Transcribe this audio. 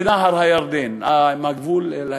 בנהר הירדן, בגבול עם ירדן.